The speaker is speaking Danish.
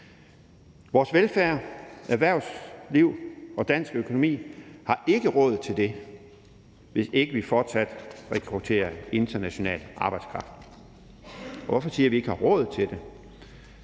Vores velfærd, erhvervsliv og dansk økonomi har ikke råd til det, hvis ikke vi fortsat rekrutterer international arbejdskraft. Hvorfor siger jeg, at vi ikke har råd til det?